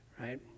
right